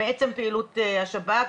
מעצם פעילות השב"כ,